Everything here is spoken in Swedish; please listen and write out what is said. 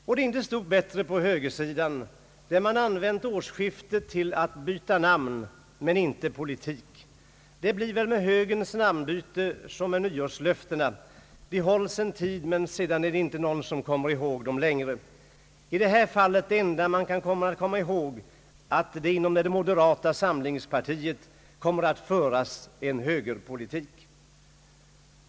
Det är inte stort bättre på högersidan, där man använt årsskiftet till att byta namn men inte politik. Det blir väl med högerns namnbyte som med nyårslöftena, de hålls en tid men sedan är det inte någon som kommer ihåg dem längre. I detta fall är det enda man kommer att minnas att det inom det moderata samlingspartiet kommer att föras högerpolitik.